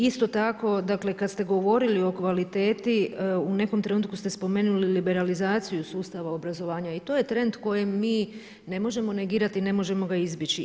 I isto tako kad ste govorili o kvaliteti, u nekom trenutku ste spomenuli liberalizaciju sustava obrazovanja, i to je trend kojem mi ne možemo negirati, ne možemo ga izbjeći.